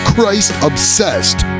Christ-obsessed